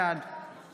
בעד